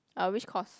uh which course